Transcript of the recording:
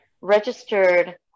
registered